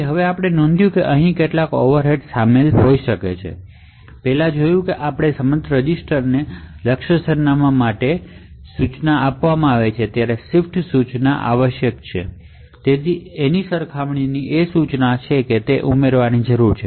હવે આપણે નોંધ્યું છે કે અહીં કેટલાક ઓવરહેડ્સ શામેલ હોઈ શકે છે આપણે પહેલા જોયું છે કે ડેડીકેટેડ રજિસ્ટરને ટાર્ગેટ સરનામા માટે મુવ ઇન્સટ્રકશન છે ત્યાં શિફ્ટ ઇન્સટ્રકશન આવશ્યક છે અને ત્યાં એક કમ્પેર ઇન્સટ્રકશન પણ ઉમેરવાની જરૂર છે